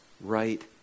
right